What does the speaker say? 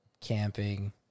camping